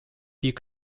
wie